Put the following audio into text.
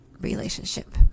relationship